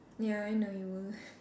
ya I know you will